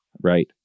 Right